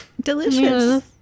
Delicious